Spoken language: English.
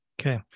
Okay